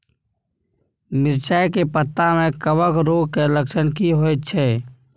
मिर्चाय के पत्ता में कवक रोग के लक्षण की होयत छै?